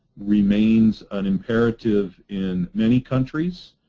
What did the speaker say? remains an imperative in many countries